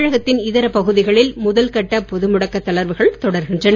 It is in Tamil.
தமிழகத்தின் இதர பகுதிகளில் முதல் கட்ட பொதுமுடக்கத் தளர்வுகள் தொடர்கின்றன